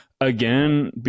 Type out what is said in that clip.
Again